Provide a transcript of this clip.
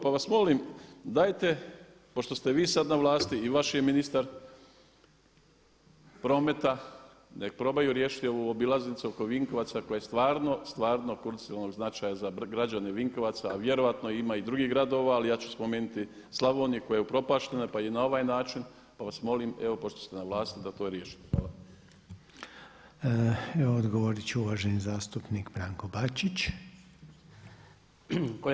Pa vas molim dajte pošto ste vi sada na vlasti i vaš je ministar prometa neka probaju riješiti ovu obilaznicu oko Vinkovaca koje je stvarno, stvarno od krucijalnog značaja za građane Vinkovaca a vjerojatno ima i drugih gradova ali ja ću spomenuti Slavoniju koja je upropaštena pa i na ovaj način pa vas molim evo pošto ste na vlasti da to riješite.